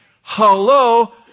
hello